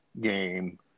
game